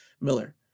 Miller